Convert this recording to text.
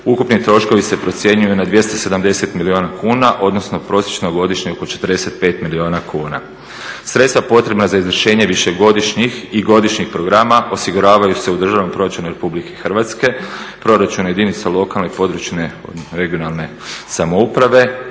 ukupni troškovi se procjenjuju na 270 milijuna kuna, odnosno prosječno godišnje oko 45 milijuna kuna. Sredstva potrebna za izvršenje višegodišnjih i godišnjih programa osiguravaju se u državnom proračunu RH, proračunu jedinica lokalne i područne regionalne samouprave